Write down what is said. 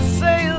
say